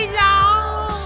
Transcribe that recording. long